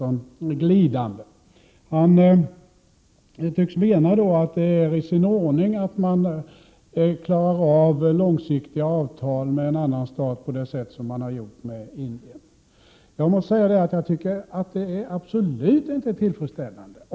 Han tycks mena att det är i sin ordning att träffa långsiktiga avtal med en annan stat på det sätt som har skett med avtalet med Indien. Det är absolut inte tillfredsställande!